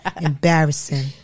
Embarrassing